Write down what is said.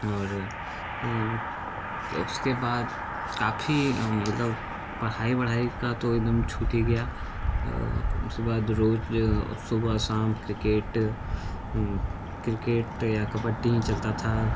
और उसके बाद काफ़ी हम मतलब पढ़ाई वढ़ाई का तो एक दम छूट ही गया उसके बाद रोज़ सुबह शाम क्रिकेट क्रिकेट या कबड्डी ही चलता था